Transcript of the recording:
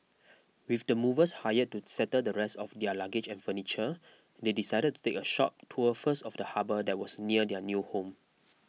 with the movers hired to settle the rest of their luggage and furniture they decided to take a short tour first of the harbour that was near their new home